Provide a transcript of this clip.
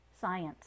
science